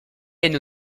haine